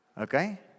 Okay